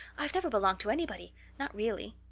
i've never belonged to anybody not really.